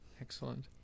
Excellent